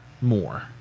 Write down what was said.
more